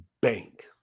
bank